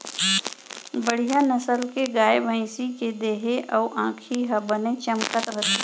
बड़िहा नसल के गाय, भँइसी के देहे अउ आँखी ह बने चमकत रथे